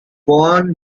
won